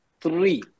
three